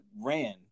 ran